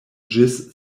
ĝis